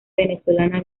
venezolana